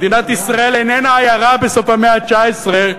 מדינת ישראל איננה עיירה בסוף המאה ה-19,